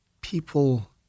people